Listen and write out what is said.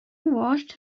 washed